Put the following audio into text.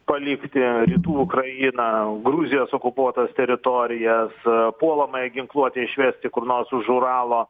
palikti rytų ukrainą gruzijos okupuotas teritorijas puolamąją ginkluotę išvesti kur nors už uralo